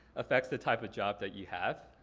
effects the type of job that you have.